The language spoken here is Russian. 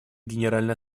генеральной